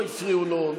לא הפריעו לו,